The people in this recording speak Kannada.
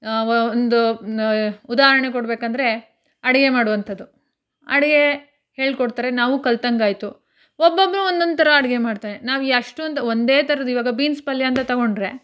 ಒಂದು ಉದಾಹರಣೆ ಕೊಬೇಕಂದ್ರೆ ಅಡುಗೆ ಮಾಡುವಂಥದ್ದು ಅಡುಗೆ ಹೇಳ್ಕೊಡ್ತಾರೆ ನಾವು ಕಲ್ತಂತಾಯ್ತು ಒಬ್ಬೊಬ್ಬರು ಒಂದೊಂದು ಥರ ಅಡುಗೆ ಮಾಡ್ತಾರೆ ನಾವು ಎಷ್ಟೊಂದು ಒಂದೇ ಥರದ ಈವಾಗ ಬೀನ್ಸ್ ಪಲ್ಯ ಅಂತ ತಗೊಂಡರೆ